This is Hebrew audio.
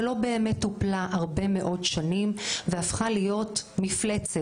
שלא באמת טופלה הרבה מאוד שנים והפכה להיות מפלצת,